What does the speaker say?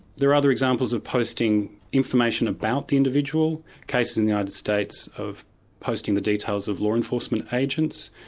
there are other examples of posting information about the individual. cases in the united states of posting the details of law enforcement agents,